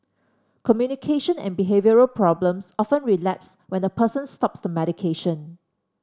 communication and behavioural problems often relapse when the person stops the medication